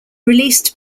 released